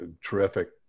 terrific